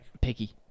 Picky